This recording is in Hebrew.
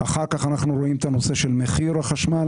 אחר כך אנחנו רואים את הנושא של מחיר החשמל,